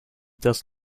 does